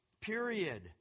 period